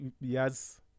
yes